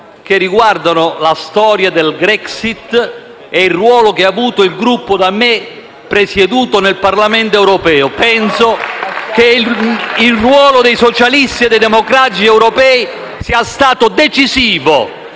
che riguardano la storia della Grexit e il ruolo che ha avuto il Gruppo da me presieduto nel Parlamento europeo. *(Applausi dal Gruppo PD)*. Penso che il ruolo dei socialisti e dei democratici europei sia stato decisivo